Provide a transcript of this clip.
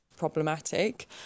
problematic